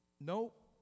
Nope